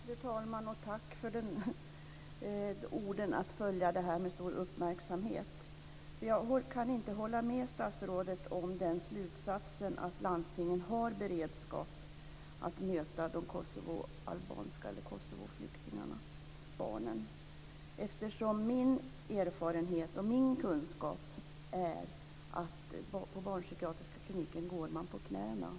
Fru talman! Tack för orden om att följa det här med stor uppmärksamhet! Jag kan dock inte hålla med statsrådet om slutsatsen att landstingen har beredskap att möta de kosovoalbanska flyktingarna/Kosovoflyktingarna. Jag tänker då på barnen. Min erfarenhet och min kunskap är att man på barnpsykiatriska kliniker går på knäna.